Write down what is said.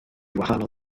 wahanol